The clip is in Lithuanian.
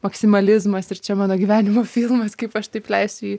maksimalizmas ir čia mano gyvenimo filmas kaip aš taip leisiu jį